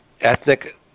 ethnic